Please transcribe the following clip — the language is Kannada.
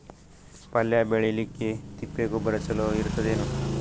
ಪಲ್ಯ ಬೇಳಿಲಿಕ್ಕೆ ತಿಪ್ಪಿ ಗೊಬ್ಬರ ಚಲೋ ಇರತದೇನು?